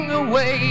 away